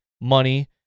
money